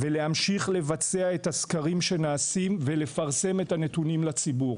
ולהמשיך לבצע את הסקרים שנעשים ולפרסם את הנתונים לציבור.